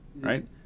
right